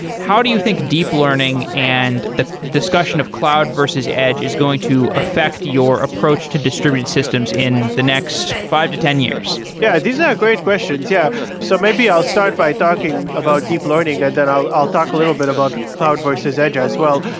how do you think deep learning and the discussion of cloud versus edge is going to affect your approach to distributed systems in the next five to ten years? yeah, these are great questions. yeah so maybe i'll start by talking about deep learning and then i'll i'll talk a little bit about cloud versus edge as well.